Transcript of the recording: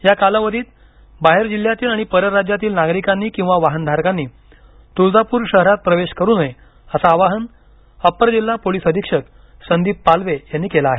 या कालावधीत बाहेर जिल्ह्यातील आणि परराज्यातील नागरिकांनी किंवा वाहनधारकांनी तुळजापूर शहरात प्रवेश करु नये असं आवाहन अप्पर जिल्हा पोलीस अधीक्षक संदीप पालवे यांनी केलं आहे